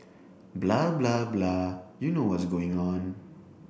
blah blah blah you know what's going on